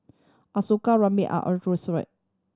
Ashoka Razia and Alluri